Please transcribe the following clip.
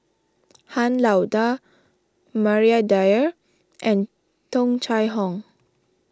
Han Lao Da Maria Dyer and Tung Chye Hong